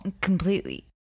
Completely